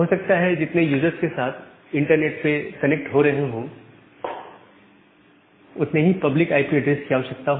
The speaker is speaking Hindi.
हो सकता है जितने यूजर्स एक साथ इंटरनेट पर कनेक्ट हो रहे हो उतने ही पब्लिक आईपी एड्रेस की आवश्यकता हो